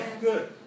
Good